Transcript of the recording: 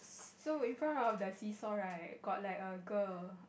so in front of the seesaw right got like a girl